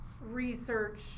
research